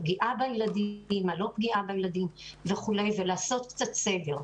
הפגיעה בילדים או לא פגיעה בילדים ולעשות קצת סדר: